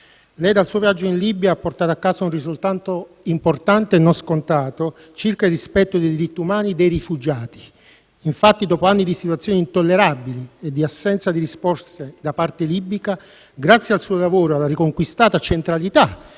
Lei dal suo viaggio in Libia ha portato a casa un risultato importante e non scontato circa il rispetto dei diritti umani dei rifugiati. Infatti, dopo anni di situazioni intollerabili e di assenza di risposte da parte libica, grazie al suo lavoro e alla riconquistata centralità